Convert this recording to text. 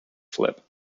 flip